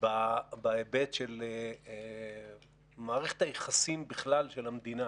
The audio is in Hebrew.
בהיבט של מערכת היחסים בכלל של המדינה